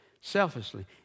selfishly